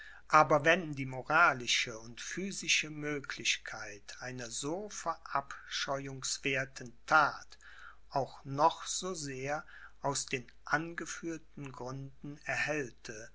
aber wenn die moralische und physische möglichkeit einer so verabscheuungswerthen that auch noch so sehr aus den angeführten gründen erhellte